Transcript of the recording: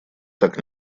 так